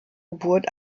geburt